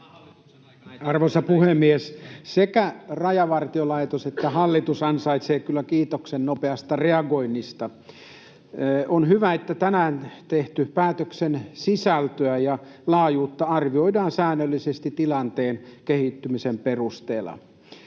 Arvoisa puhemies! Sekä Rajavartiolaitos että hallitus ansaitsevat kyllä kiitoksen nopeasta reagoinnista. On hyvä, että tänään tehdyn päätöksen sisältöä ja laajuutta arvioidaan säännöllisesti tilanteen kehittymisen perusteella.